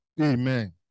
Amen